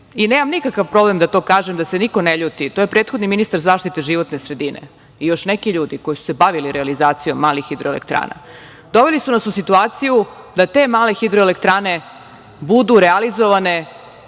i nemam nikakav problem da to kažem, da se niko ne ljuti, to je prethodni ministar zaštite životne sredine i još neki ljudi koji su se bavili realizacijom malih hidroelektrana, doveli su nas u situaciju da te male hidroelektrane budu realizovane